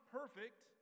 perfect